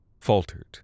faltered